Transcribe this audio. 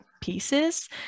pieces